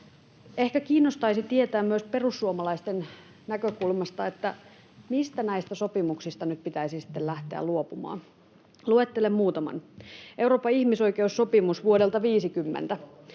Ehkä kiinnostaisi tietää myös perussuomalaisten näkökulmasta, että mistä näistä sopimuksista nyt sittten pitäisi lähteä luopumaan. Luettelen muutaman. Euroopan ihmisoikeussopimus vuodelta 50: